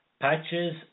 Patches